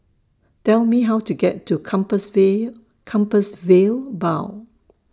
Tell Me How to get to Compassvale Compassvale Bow